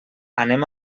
anem